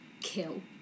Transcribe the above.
kill